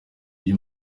ry’i